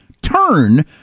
turn